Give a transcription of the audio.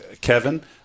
Kevin